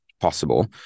possible